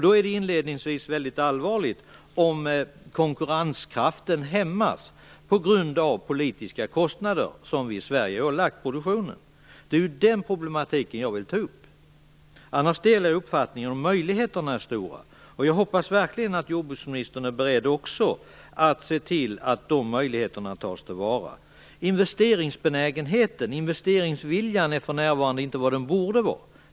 Då är det väldigt allvarligt om konkurrenskraften hämmas på grund av politiska kostnader som vi i Sverige har ålagt produktionen. Det är den problematik jag vill ta upp. Annars delar jag uppfattningen att möjligheterna är stora. Jag hoppas verkligen att jordbruksministern är beredd att se till att de möjligheterna tas till vara. Investeringsviljan är för närvarande inte vad den borde vara.